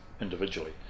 individually